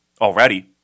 already